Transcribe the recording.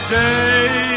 day